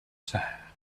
sad